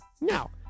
Now